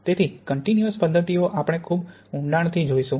તેથી કન્ટીન્યુઅસ પદ્ધતિઓ આપણે ખૂબ ઊંડાણથી જોઈશું